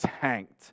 tanked